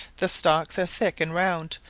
the stalks are thick and round,